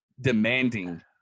demanding